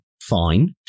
Fine